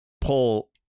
pull